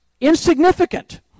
insignificant